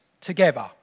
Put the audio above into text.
together